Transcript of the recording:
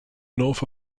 north